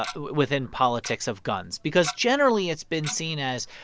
ah within politics of guns because, generally, it's been seen as,